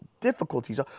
difficulties